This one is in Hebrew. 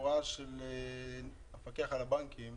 ההצעה הזאת מקובלת עלינו.